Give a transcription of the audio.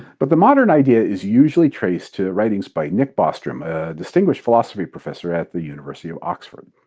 but the modern idea is usually traced to writings by nick bostrom, a distinguished philosophy professor at the university of oxford.